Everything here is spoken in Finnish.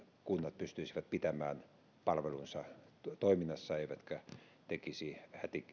kunnat pystyisivät pitämään palvelunsa toiminnassa eivätkä tekisi